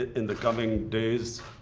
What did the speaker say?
in the coming days,